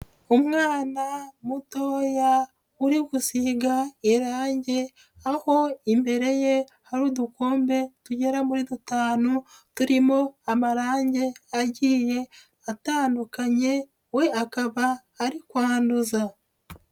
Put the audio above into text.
Umwana mutoya uri gusiga irangi, aho imbere ye hari udukombe tugera muri dutanu, turimo amarange agiye atandukanye, we akaba ari kwanduza.